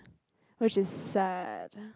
which is sad